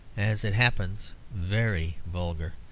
as it happens, very vulgar.